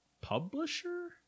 publisher